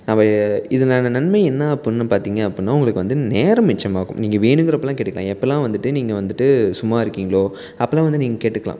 நம்ம இதனான நன்மை என்ன அப்படின்னு பார்த்திங்க அப்படின்னா உங்களுக்கு வந்து நேரம் மிச்சமாகும் நீங்கள் வேணுங்கிறப்பெல்லாம் கேட்டுக்கலாம் எப்போல்லாம் வந்துட்டு நீங்கள் வந்துட்டு சும்மா இருக்கீங்களோ அப்போலாம் வந்து நீங்கள் கேட்டுக்கலாம்